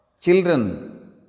Children